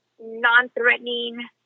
non-threatening